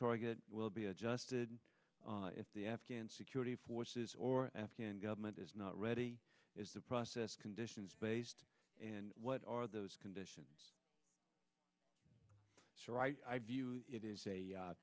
target will be adjusted if the afghan security forces or afghan government is not ready is the process conditions based and what are those conditions so i view it is a